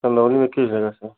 चंदौली में किस जगह से